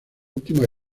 última